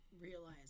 realize